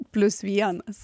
plius vienas